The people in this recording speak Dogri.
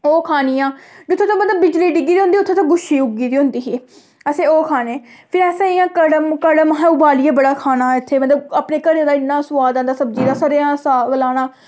ओह् खानियां जि'त्थें जि'त्थें बिजली डिग्गी दी होंदी उ'त्थें उ'त्थें गुच्छी उग्गी दी होंदी ही असें ओह् खाने फ्ही असें इ'यां कड़म म्हां उबालिये बड़ा खाना इ'त्थें मतलब अपने घरै दा इ'न्ना सोआद आंदा सब्जी दा सरेआं दा साग लाना